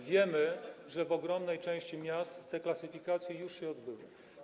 Wiemy, że w ogromnej części miast klasyfikacje już się odbyły.